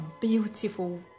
beautiful